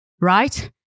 right